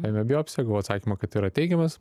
ėmė biopsiją gavau atsakymą kad yra teigiamas